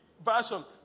version